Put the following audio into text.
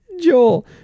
Joel